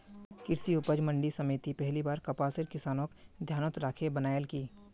कृषि उपज मंडी समिति पहली बार कपासेर किसानक ध्यानत राखे बनैयाल की